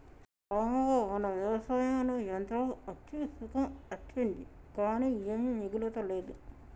రామవ్వ మన వ్యవసాయంలో యంత్రాలు అచ్చి సుఖం అచ్చింది కానీ ఏమీ మిగులతలేదు